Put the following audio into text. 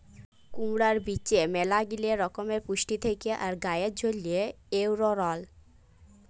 কুমড়র বীজে ম্যালাগিলা রকমের পুষ্টি থেক্যে আর গায়ের জন্হে এঔরল